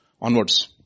onwards